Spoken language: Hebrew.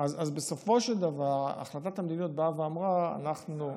אז בסופו של דבר החלטת המדיניות באה ואמרה: אנחנו,